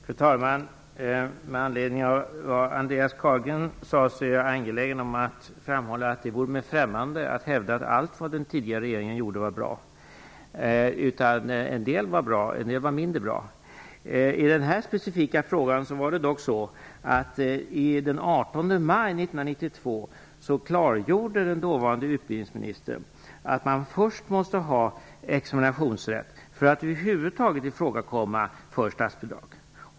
Fru talman! Med anledning av vad Andreas Carlgren sade är jag angelägen om att framhålla att det vore mig främmande att hävda att allt som den tidigare regeringen gjorde var bra. En del var bra. En del var mindre bra. I den här specifika frågan var det dock så att den dåvarande utbildningsministern den 18 maj 1992 klargjorde att man måste ha examensrätt för att över huvud taget ifrågakomma för statsbidrag.